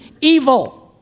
evil